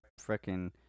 freaking